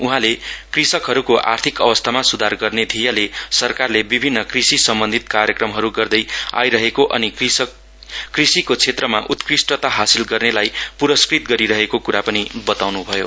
उहाँले कृषकहरूको आर्थिक अवस्थामा सुधार गर्ने ध्येयले सरकारले विभिन्न कृषिसम्बन्धि कार्यक्रमहरू गर्दै आइरहेको अनि कृषिको क्षेत्रमा उत्कृष्टता हासिल गर्नेलाई पुरस्कार पनि प्रदान गरिरहेको कुरा बताउन्भयो